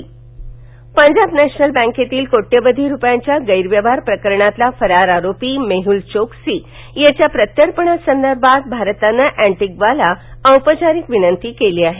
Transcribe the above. Mehul Choksi Punjab national बँकेतील कोट्यवधी रुपयांच्या गैरव्यवहार प्रकरणातील फरार आरोपी मेहल चोक्सी याच्या प्रत्यार्पणासंदर्भात भारतानं एटिग्वाला औपचारिक विनंती केली आहे